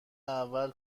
اول